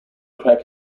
crack